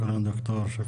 תודה רבה.